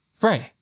Right